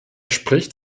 spricht